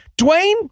Dwayne